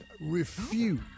Refuse